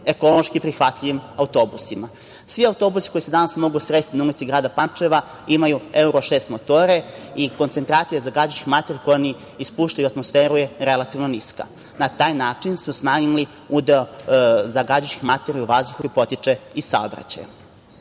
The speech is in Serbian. ekološki prihvatljivim autobusima. Svi autobusi koji se danas mogu sresti na ulici grada Pančeva imaju Evro 6 motore i koncentracija zagađujućih materija koju oni ispuštaju u atmosferu je relativno niska. Na taj način, smo smanjili udeo zagađujućih materija u vazduhu, koji potiče iz saobraćaja.